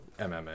MMA